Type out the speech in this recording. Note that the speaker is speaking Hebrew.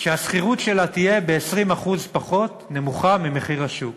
שהשכירות שלה תהיה ב-20% פחות, נמוכה ממחיר השוק.